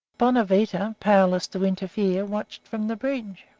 bonavita, powerless to interfere, watched from the bridge.